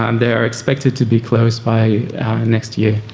um they're expected to be closed by next year.